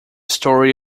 story